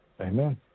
Amen